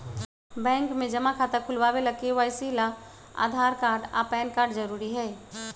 bank में जमा खाता खुलावे ला के.वाइ.सी ला आधार कार्ड आ पैन कार्ड जरूरी हई